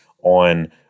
on